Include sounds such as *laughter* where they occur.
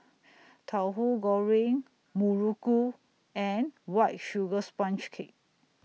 *noise* Tauhu Goreng Muruku and White Sugar Sponge Cake